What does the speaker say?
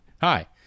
Hi